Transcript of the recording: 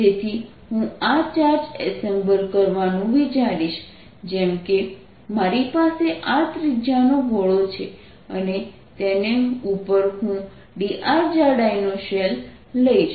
તેથી હું આ ચાર્જ એસેમ્બલ કરવાનું વિચારીશ જેમ કે મારી પાસે r ત્રિજ્યાનો ગોળો છે અને તેની ઉપર હું dr જાડાઈનો શેલ લઈશ